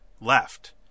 left